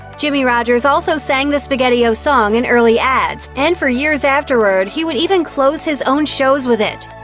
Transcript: jimmie rogers also sang the spaghettios song in early ads, and for years afterward, he would even close his own shows with it.